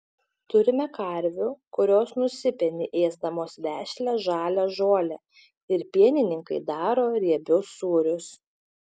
turime karvių kurios nusipeni ėsdamos vešlią žalią žolę ir pienininkai daro riebius sūrius